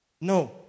No